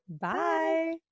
Bye